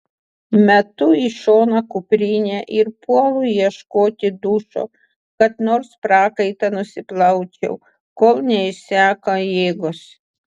metu į šoną kuprinę ir puolu ieškoti dušo kad nors prakaitą nusiplaučiau kol neišseko jėgos